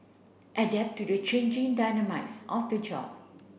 adapt to the changing dynamites of the job